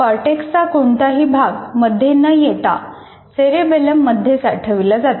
कॉर्टेक्सचा कोणताही भाग मध्ये न येता सेरेबेलम मध्ये साठविला जातो